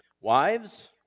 Wives